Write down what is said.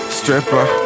stripper